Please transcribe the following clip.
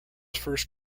first